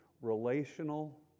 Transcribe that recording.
relational